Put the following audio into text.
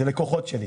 כי אלה לקוחות שלי,